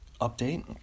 update